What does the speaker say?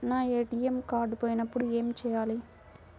నా ATM card పోయినప్పుడు ఏమి చేయాలి?